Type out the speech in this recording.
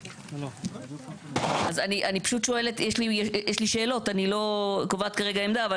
יש לי שאלות, אני לא קובעת עמדה כרגע.